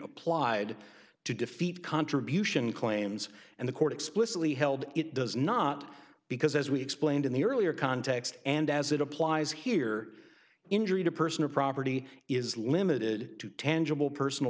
applied to defeat contribution claims and the court explicitly held it does not because as we explained in the earlier context and as it applies here injury to personal property is limited to tangible personal